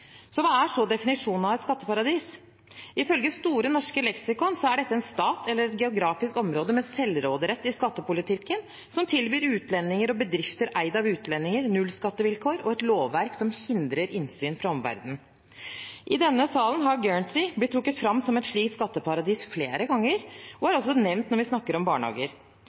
så definisjonen av et skatteparadis? Ifølge Store norske leksikon er det en stat eller et geografisk område med selvråderett i skattepolitikken som tilbyr utlendinger og bedrifter eid av utlendinger nullskattevilkår og et lovverk som hindrer innsyn fra omverdenen. I denne salen har Guernsey flere ganger blitt trukket fram som et slikt skatteparadis og er også nevnt når vi snakker om barnehager.